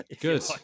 Good